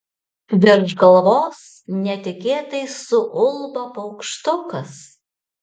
virš galvos netikėtai suulba paukštukas